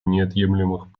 неотъемлемых